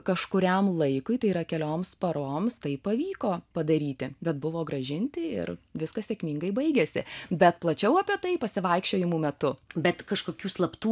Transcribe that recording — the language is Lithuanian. kažkuriam laikui tai yra kelioms paroms tai pavyko padaryti bet buvo grąžinti ir viskas sėkmingai baigėsi bet plačiau apie tai pasivaikščiojimų metu bet kažkokių slaptų